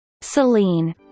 Celine